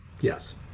Yes